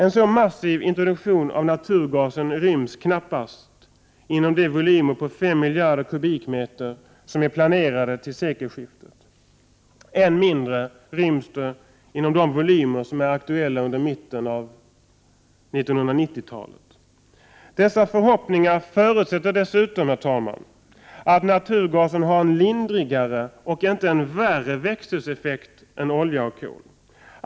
En så massiv introduktion av naturgasen ryms knappast inom de volymer på fem miljarder kubikmeter som är planerade till sekelskiftet. Än mindre ryms de inom de volymer som är aktuella under mitten av 1990-talet. Dessa förhoppningar förutsätter dessutom att naturgasen har en lindrigare och inte värre växthuseffekt än olja och kol.